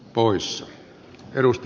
arvoisa puhemies